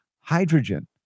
hydrogen